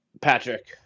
Patrick